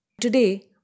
Today